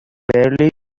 barely